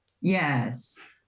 yes